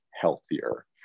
healthier